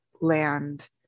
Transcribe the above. land